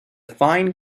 fine